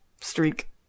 streak